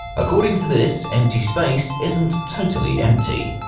according to this, empty space isn't totally empty.